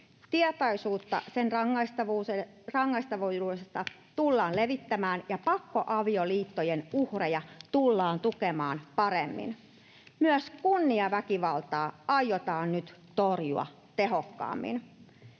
Tietoisuutta sen rangaistavuudesta tullaan levittämään, ja pakkoavioliittojen uhreja tullaan tukemaan paremmin. Myös kunniaväkivaltaa aiotaan nyt torjua tehokkaammin.